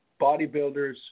bodybuilders